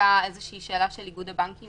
עלתה שאלה של איגוד הבנקים